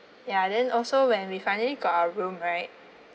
ya then also when we finally got our room right